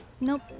Nope